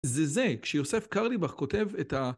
זה זה, כשיוסף קרליבך כותב את ה...